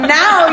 now